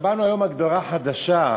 שמענו היום הגדרה חדשה: